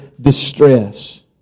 distress